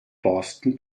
borsten